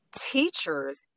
Teachers